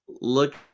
look